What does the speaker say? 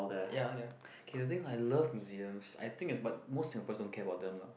ya ya K the thing is I love museums I think is but most Singaporeans don't care about them lah